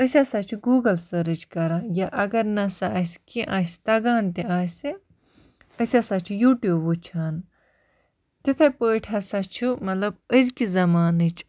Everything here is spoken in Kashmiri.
أسۍ ہَسا چھِ گوٗگَل سٔرٕچ کَران یا اگر نَسا اَسہِ کیٚ نٛہہ آسہِ تَگان تہِ آسہِ أسۍ ہَسا چھِ یوٗٹیوٗب وٕچھان تِتھے پٲٹھۍ ہَسا چھُ مطلب أزکہِ زَمانٕچ